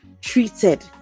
treated